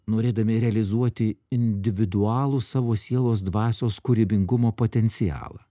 norėdami realizuoti individualų savo sielos dvasios kūrybingumo potencialą